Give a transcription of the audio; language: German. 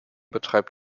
betreibt